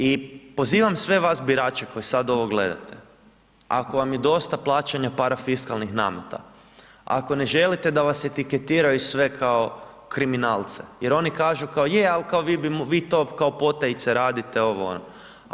I pozivam sve vas birače koji sad ovo gledate, ako vam je dosta plaćanja parafiskalnih nameta, ako ne želite da vas etiketiraju sve kao kriminalce jer oni kažu kao je, al kao vi to kao potajice radite, ovo ono.